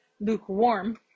lukewarm